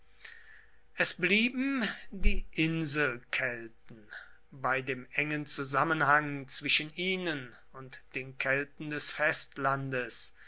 es blieben die inselkelten bei dem engen zusammenhang zwischen ihnen und den kelten des festlandes